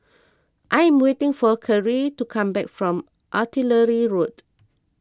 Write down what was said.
I am waiting for Kerrie to come back from Artillery Road